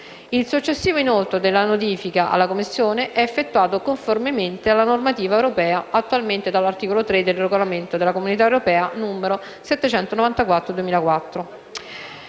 Il successivo inoltro della notifica alla Commissione è effettuato conformemente alla normativa europea (attualmente dall'articolo 3 del regolamento CE n. 794/2004).